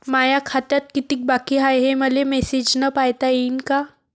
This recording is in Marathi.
माया खात्यात कितीक बाकी हाय, हे मले मेसेजन पायता येईन का?